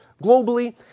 globally